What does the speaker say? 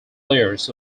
layers